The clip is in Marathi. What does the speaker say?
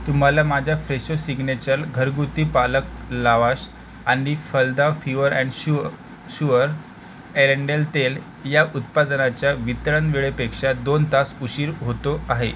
तुम्हाला माझ्या फेशो सिग्नेचल घरगुती पालक लावाश आणि Phalada pure and sure sure एरंडेल तेल या उत्पादनाच्या वितरण वेळेपेक्षा दोन तास उशीर होतो आहे